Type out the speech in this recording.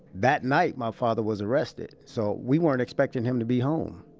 that night, my father was arrested, so we weren't expecting him to be home.